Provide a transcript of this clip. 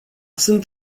sunt